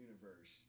Universe